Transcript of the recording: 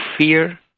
fear